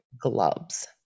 gloves